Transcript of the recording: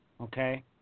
okay